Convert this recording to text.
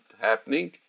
happening